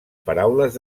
paraules